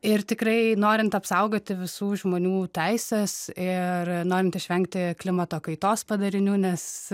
ir tikrai norint apsaugoti visų žmonių teises ir norint išvengti klimato kaitos padarinių nes